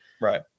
Right